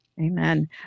Amen